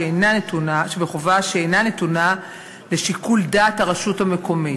שאינה נתונה לשיקול דעת הרשות המקומית.